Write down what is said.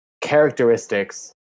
characteristics